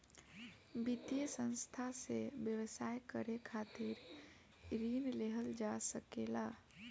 वित्तीय संस्था से व्यवसाय करे खातिर ऋण लेहल जा सकेला